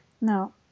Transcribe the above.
No